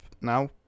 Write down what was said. now